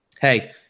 hey